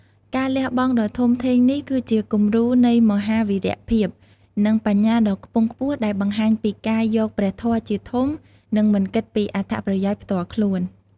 ការលះបង់ដ៏ធំធេងនេះ គឺជាគំរូនៃមហាវីរភាព និងបញ្ញាដ៏ខ្ពង់ខ្ពស់ ដែលបង្ហាញពីការយកព្រះធម៌ជាធំ និងមិនគិតពីអត្ថប្រយោជន៍ផ្ទាល់ខ្លួន។